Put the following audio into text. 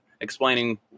explaining